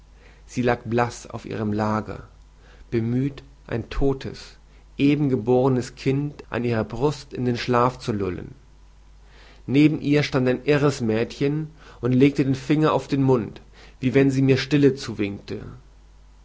sie lag blaß auf ihrem lager bemüht ein todtes eben geborenes kind an ihrer brust in den schlaf zu lullen neben ihr stand ein irres mädchen und legte den finger auf den mund wie wenn sie mir stille zuwinkte